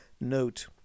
note